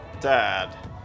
Dad